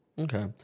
Okay